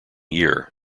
year